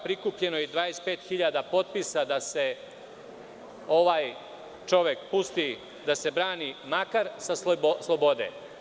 Prikupljeno je 25.000 potpisa da se ovaj čovek pusti i da se brani makar sa slobode.